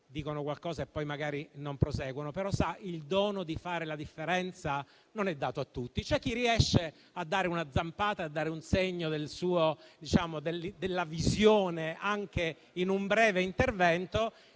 dicono qualcosa e poi magari non proseguono. Però il dono di fare la differenza non è dato a tutti. C'è chi riesce a dare una zampata, a dare un segno della visione, anche in un breve intervento.